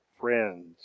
friends